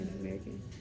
American